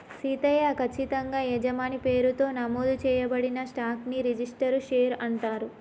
సీతయ్య, కచ్చితంగా యజమాని పేరుతో నమోదు చేయబడిన స్టాక్ ని రిజిస్టరు షేర్ అంటారు